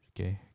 Okay